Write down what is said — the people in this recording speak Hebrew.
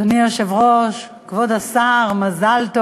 אדוני היושב-ראש, כבוד השר מזל טוב.